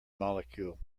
molecule